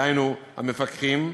דהיינו, המפקחים,